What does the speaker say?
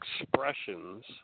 expressions